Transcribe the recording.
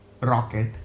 Rocket